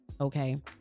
Okay